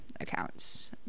accounts